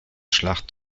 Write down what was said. schlacht